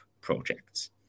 projects